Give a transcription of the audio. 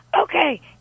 Okay